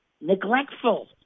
neglectful